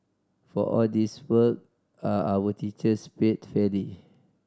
for all this work are our teachers paid fairly